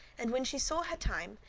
and when she saw her time,